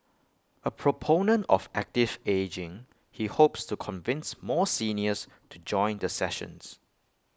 A proponent of active ageing he hopes to convince more seniors to join the sessions